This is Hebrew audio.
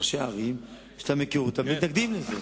ראשי ערים, שאתה מכיר אותם, מתנגדים לזה.